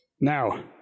Now